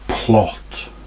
Plot